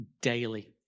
daily